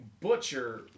butcher